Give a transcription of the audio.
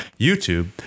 YouTube